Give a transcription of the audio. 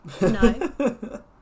No